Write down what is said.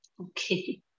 Okay